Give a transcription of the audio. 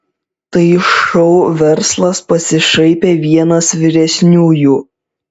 tai šou verslas pasišaipė vienas vyresniųjų